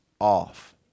off